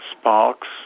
sparks